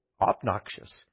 obnoxious